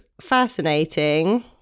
fascinating